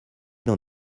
dans